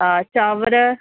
हा चांवर